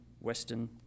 Western